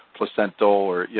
placental or, you